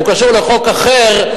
הוא קשור לחוק אחר,